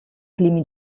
climi